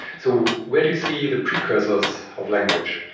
so where do you see the precursors of language?